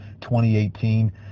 2018